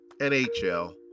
NHL